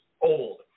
old